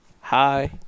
Hi